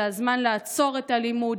זה הזמן לעצור את הלימוד,